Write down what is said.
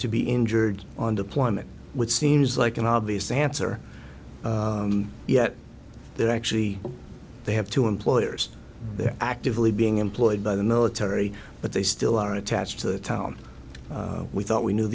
to be injured on deployment which seems like an obvious answer yet there actually they have two employers they're actively being employed by the military but they still are attached to the town we thought we knew